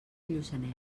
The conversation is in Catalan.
lluçanès